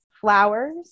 flowers